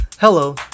Hello